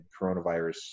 coronavirus